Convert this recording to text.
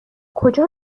کجا